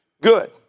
good